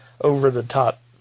over-the-top